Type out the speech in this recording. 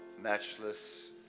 matchless